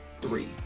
three